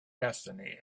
destiny